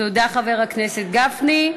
תודה, חבר הכנסת גפני.